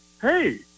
hey